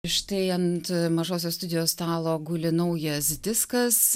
štai ant mažosios studijos stalo guli naujas diskas